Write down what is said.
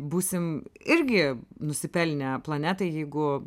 būsim irgi nusipelnę planetai jeigu